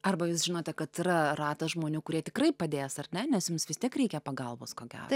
arba jūs žinote kad yra ratas žmonių kurie tikrai padės ar ne nes jums vis tiek reikia pagalbos ko gero